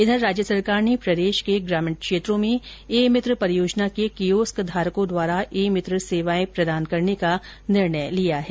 इधर राज्य सरकार ने प्रदेश के ग्रामीण क्षेत्रों में कार्यरत ई मित्र परियोजना के कियोस्कधारकों द्वारा ई मित्र सेवाएं प्रदान करने का निर्णय लिया है